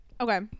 Okay